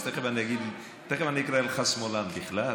תכף אני אגיד, תכף אני אקרא לך שמאלן, בכלל.